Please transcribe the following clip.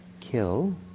kill